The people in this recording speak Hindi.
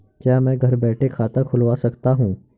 क्या मैं घर बैठे खाता खुलवा सकता हूँ?